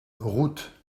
route